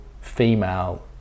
female